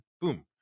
boom